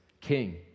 King